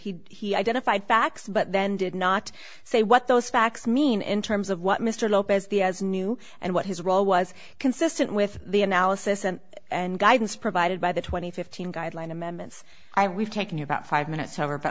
he identified facts but then did not say what those facts mean in terms of what mr lopez the as knew and what his role was consistent with the analysis and and guidance provided by the two thousand and fifteen guideline amendments i we've taken about five minutes over but